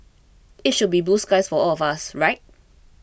it should be blue skies for all of us right